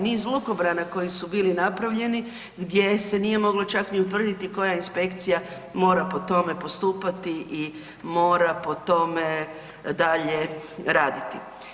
Niz lukobrana koji su bili napravljeni gdje se nije moglo čak ni utvrditi koja inspekcija mora po tome postupati i mora po tome dalje raditi.